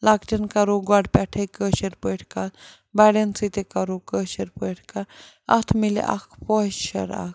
لۄکٹٮ۪ن کَرو گۄڈٕ پٮ۪ٹھَے کٲشٕر پٲٹھۍ کَتھ بَڑٮ۪ن سۭتۍ تہِ کَرو کٲشٕر پٲٹھۍ کَتھ اَتھ مِلہِ اَکھ پایِسچَر اَکھ